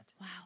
wow